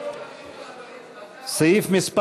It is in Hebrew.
הסתייגות מס'